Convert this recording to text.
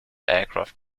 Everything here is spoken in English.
aircraft